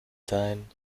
sein